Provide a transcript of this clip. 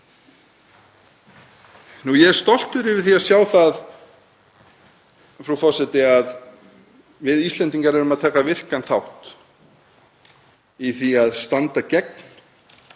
Ég er stoltur yfir því að sjá það, frú forseti, að við Íslendingar tökum virkan þátt í því að standa gegn